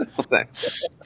Thanks